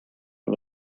and